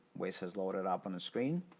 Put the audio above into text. waze has loaded up on the screen.